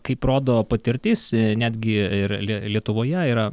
kaip rodo patirtis netgi ir lie lietuvoje yra